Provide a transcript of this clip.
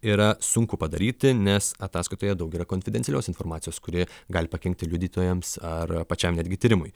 yra sunku padaryti nes ataskaitoje daug yra konfidencialios informacijos kuri gali pakenkti liudytojams ar pačiam netgi tyrimui